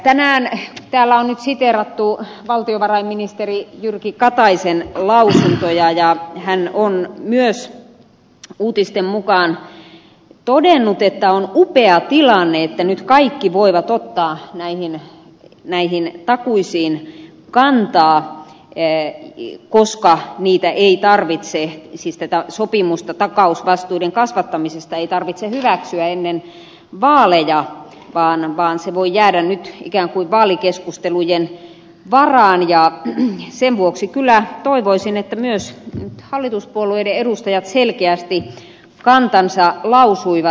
tänään täällä on nyt siteerattu valtiovarainministeri jyrki kataisen lausuntoja ja hän on myös uutisten mukaan todennut että on upea tilanne että nyt kaikki voivat ottaa näihin takuisiin kantaa koska niitä ei tarvitse siis tätä sopimusta takausvastuiden kasvattamisesta hyväksyä ennen vaaleja vaan se voi jäädä nyt ikään kuin vaalikeskustelujen varaan ja sen vuoksi kyllä toivoisin että myös hallituspuolueiden edustajat selkeästi kantansa lausuisivat